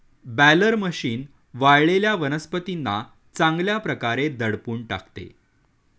baler machine वाळलेल्या वनस्पतींना चांगल्या प्रकारे दडपून टाकते